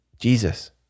Jesus